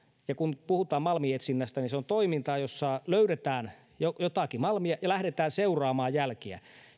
pirstaleisia kun puhutaan malminetsinnästä niin se on toimintaa jossa löydetään jotakin malmia ja lähdetään seuraamaan jälkiä